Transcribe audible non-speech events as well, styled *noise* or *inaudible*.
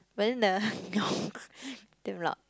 but then the no *breath* damn loud